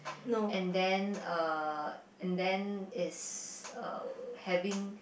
and then uh and then it's uh having